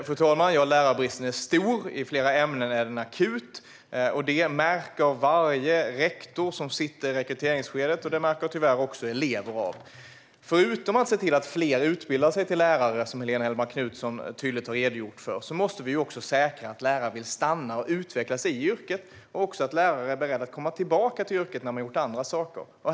Fru talman! Ja, lärarbristen är stor; i flera ämnen är den akut. Detta märker varje rektor av i rekryteringsskedet, och tyvärr också elever. Förutom att se till att fler utbildar sig till lärare, vilket Helene Hellmark Knutsson tydligt har redogjort för, måste vi också säkra att lärare vill stanna och utvecklas i yrket och att lärare är beredda att komma tillbaka till yrket när de har gjort andra saker.